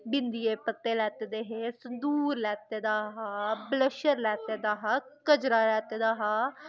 बिंदियै दे पत्ते लैते दे हे संदूर लैते दा हा ब्लशर लैते दा हा कजला लैते दा हा